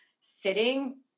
sitting